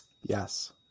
Yes